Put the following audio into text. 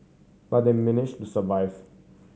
but they managed to survive